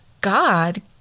God